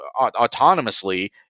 autonomously